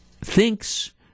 thinks